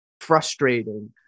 frustrating